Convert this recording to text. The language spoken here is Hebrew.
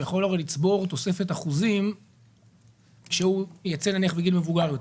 הוא יכול לצבור תוספת אחוזים כשהוא יוצא נניח בגיל מבוגר.